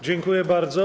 Dziękuję bardzo.